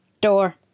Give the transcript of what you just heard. Door